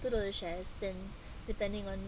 total of shares then depending on